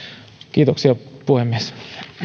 kiitoksia puhemies